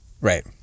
Right